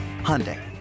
Hyundai